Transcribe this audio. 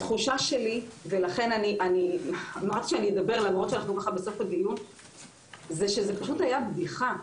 התחושה שלי זה שזה פשוט היה בדיחה.